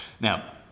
Now